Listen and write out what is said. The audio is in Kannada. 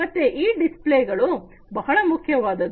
ಮತ್ತೆ ಈ ಡಿಸ್ಪ್ಲೇ ಗಳು ಬಹಳ ಮುಖ್ಯವಾದದ್ದು